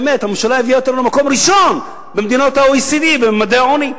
באמת הממשלה הביאה אותנו למקום ראשון במדינות ה-OECD בממדי העוני.